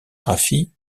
graphie